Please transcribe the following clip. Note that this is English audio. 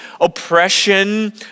oppression